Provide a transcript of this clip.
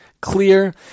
clear